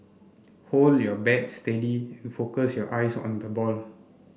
hold your bat steady and focus your eyes on the ball